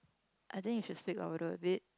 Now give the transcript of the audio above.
I think it should sweep overall a bit